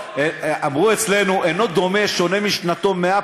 אמרו אצלנו: אינו דומה שונה משנתו מאה